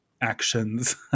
Actions